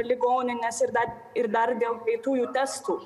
ligonines ir dar ir dar dėl greitųjų testų